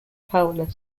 powerless